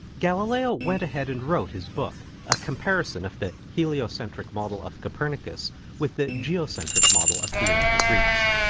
galileo went ahead and wrote his book, a comparison of the heliocentric model of copernicus with the geocentric model of the ancient greeks.